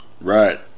Right